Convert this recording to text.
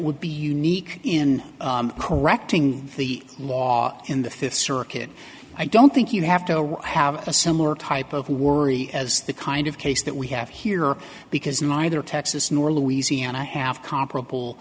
would be unique in correcting the law in the fifth circuit i don't think you have to have a similar type of warre as the kind of case that we have here because neither texas nor louisiana have comparable